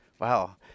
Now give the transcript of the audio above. Wow